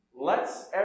lets